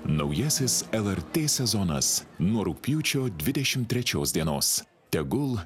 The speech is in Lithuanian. naujasis lrt sezonas nuo rugpjūčio dvidešimt trečios dienos tegul